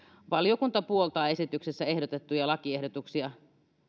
valiokunta puoltaa esityksessä ehdotettuja lakiehdotuksia